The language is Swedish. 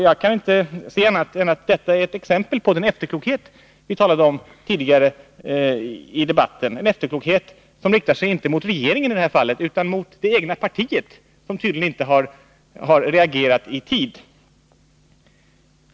Jag kan inte se annat än att detta är ett exempel på den efterklokhet som vi talade om tidigare i debatten, en efterklokhet som inte riktar sig mot regeringen i det här fallet utan mot det egna partiet, som tydligen inte har reagerat i tid.